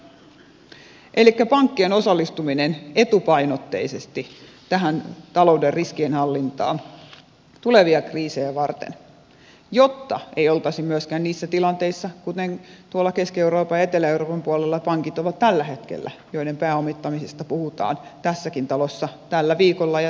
elikkä tarvitaan pankkien osallistuminen etupainotteisesti tähän talouden riskienhallintaan tulevia kriisejä varten jotta ei oltaisi myöskään niissä tilanteissa kuten ovat tällä hetkellä tuolla keski euroopan ja etelä euroopan puolella pankit joiden pääomittamisesta puhutaan tässäkin talossa tällä viikolla ja tänä päivänä